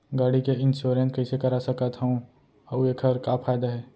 गाड़ी के इन्श्योरेन्स कइसे करा सकत हवं अऊ एखर का फायदा हे?